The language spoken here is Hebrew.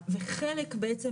בעצם,